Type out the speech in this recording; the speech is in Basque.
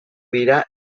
dira